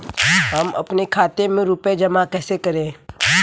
हम अपने खाते में रुपए जमा कैसे करें?